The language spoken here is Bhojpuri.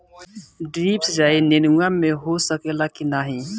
ड्रिप सिंचाई नेनुआ में हो सकेला की नाही?